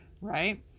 right